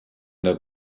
der